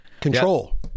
control